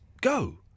go